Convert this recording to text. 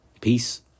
Peace